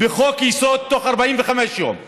בחוק-יסוד בתוך 45 יום.